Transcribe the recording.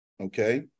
Okay